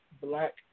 black